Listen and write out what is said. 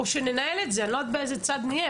אני לא יודעת באיזה צד נהיה.